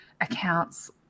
accounts